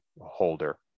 holder